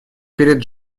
перед